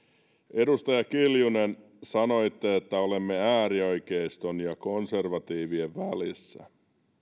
edustaja kiljunen sanoitte että olemme äärioikeiston ja konservatiivien välissä